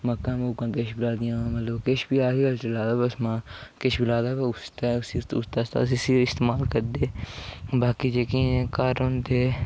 मक्कां मुक्कां किश बी लाि दियां मतलब केश ऐगरीकल्चर लाए दा किश बी लाए दा ओह् उत्थै उसी तुस इसी इस्तेमाल करदे बाकी जेह्के इ'यां घर होंदे